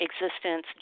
existence